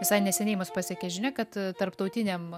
visai neseniai mus pasiekė žinia kad tarptautiniam